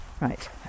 Right